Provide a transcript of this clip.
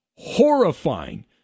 Horrifying